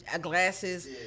Glasses